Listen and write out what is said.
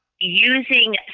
Using